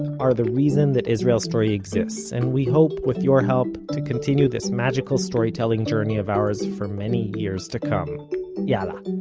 are the reason that israel story exists, and we hope with your help to continue this magical storytelling journey of ours for many years to come yalla,